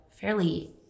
fairly